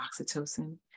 oxytocin